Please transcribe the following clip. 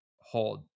hold